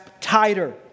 tighter